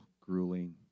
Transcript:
grueling